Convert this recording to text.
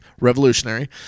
Revolutionary